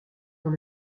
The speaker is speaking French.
dans